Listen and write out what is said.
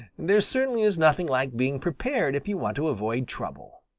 there certainly is nothing like being prepared if you want to avoid trouble.